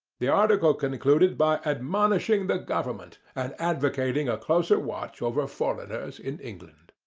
the article concluded by admonishing the government and advocating a closer watch over foreigners in england.